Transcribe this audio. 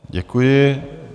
Děkuji.